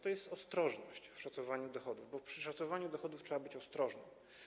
To jest ostrożność w szacowaniu dochodów, bo w szacowaniu dochodów trzeba być ostrożnym.